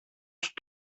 σου